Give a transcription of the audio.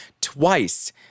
twice—